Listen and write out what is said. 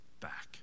back